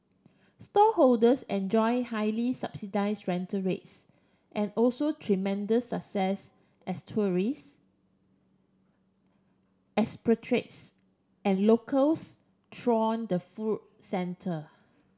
stallholders enjoy highly subsidise rental rates and also tremendous success as tourists expatriates and locals throng the food centre